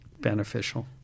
beneficial